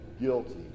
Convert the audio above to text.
Guilty